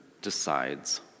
decides